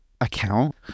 account